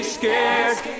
scared